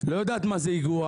לא יודעת מה זה איגוח,